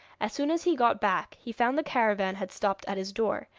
as soon as he got back he found the caravan had stopped at his door,